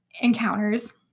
encounters